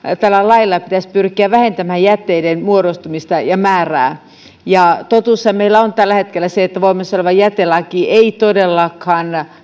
tällä lailla pitäisi pyrkiä vähentämään jätteiden muodostumista ja määrää ja totuushan meillä on tällä hetkellä se että voimassa oleva jätelaki ei todellakaan